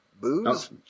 booze